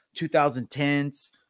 2010s